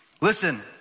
Listen